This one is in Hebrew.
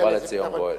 ובא לציון גואל.